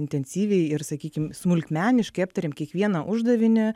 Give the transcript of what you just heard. intensyviai ir sakykim smulkmeniškai aptarėm kiekvieną uždavinį